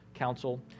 council